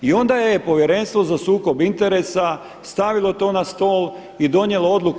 I onda je Povjerenstvo za sukob interesa stavilo to na stol i donijelo odluku.